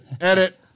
Edit